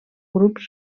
grups